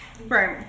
Right